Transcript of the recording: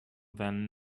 then